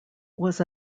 was